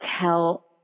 tell